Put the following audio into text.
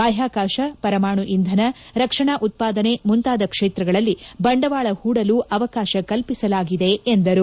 ಬಾಹ್ಲಾಕಾತ ಪರಮಾಣು ಇಂಧನ ರಕ್ಷಣಾ ಉತ್ಪಾದನೆ ಮುಂತಾದ ಕ್ಷೇತ್ರಗಳಲ್ಲಿ ಬಂಡವಾಳ ಹೂಡಲು ಅವಕಾಶ ಕಲ್ಪಿಸಲಾಗಿದೆ ಎಂದರು